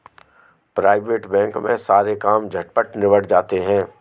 private bank में सारे काम झटपट निबट जाते हैं